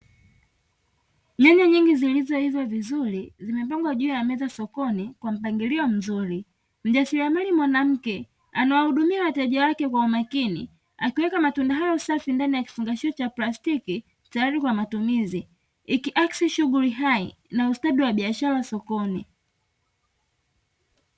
Nyanya nyingi zilizoiva vizuri zimepangwa juu ya meza sokoni kwa mpangilio mzuri. Mjasiriamali mwanamke anawahudumia wateja wake kwa umakini, akiweka matunda hayo safi ndani ya kifungashio cha plastiki tayari kwa matumizi, ikiakisi shughuli hai na ustadi wa biashara sokoni.